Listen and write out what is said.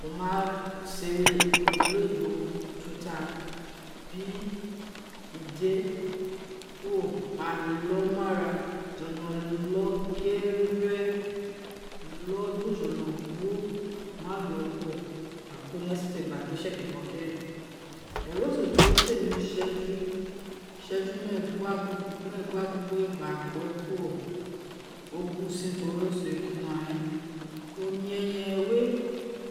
Wo ma sē wē ogolo oyibo ututa biri ide kuro gbalo miara jolo lọ ge̱re lo di o jolo guo wo ma lọ kuro, wo ka ko ni esete gba si ekukọ keren eroso ti wo se ̄ no useju useju meegua gbogbore gba gue kuro wo gue usih ti o wi eroso we kuri ino re omi eyen re we